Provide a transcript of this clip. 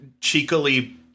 cheekily